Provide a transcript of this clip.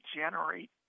generate